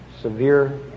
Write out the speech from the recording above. severe